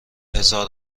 هزار